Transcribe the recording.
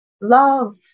love